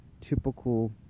typical